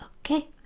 okay